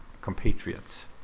compatriots